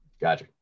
gotcha